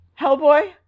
Hellboy